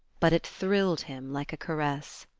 but it thrilled him like a caress.